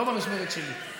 לא במשמרת שלי.